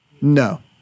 no